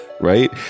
Right